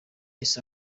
east